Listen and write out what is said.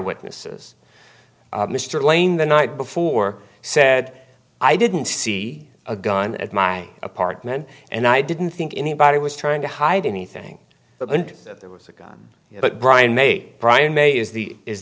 witnesses mr lane the night before said i didn't see a gun at my apartment and i didn't think anybody was trying to hide anything but there was a gun but brian may brian may is the is